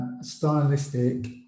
stylistic